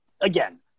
again